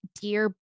Dear